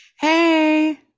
hey